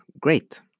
great